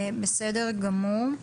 בסדר גמור.